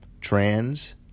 Trans